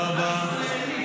הרסת אותה.